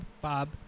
Bob